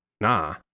Nah